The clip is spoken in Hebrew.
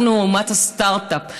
אנחנו אומת הסטארט-אפ.